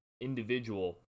individual